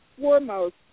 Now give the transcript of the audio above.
foremost